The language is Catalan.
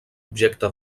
objecte